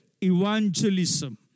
evangelism